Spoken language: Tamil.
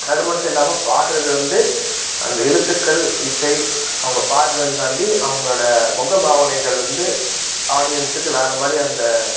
அது மட்டும் இல்லாமல் பாடுவது வந்து அந்த எழுத்துக்கள் இசை அவங்க பாடுவதையும் தாண்டி அவங்களோட முக பாவனைகள் வந்து ஆடியன்ஸுக்கு வேறு மாதிரி அந்த